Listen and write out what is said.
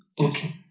Okay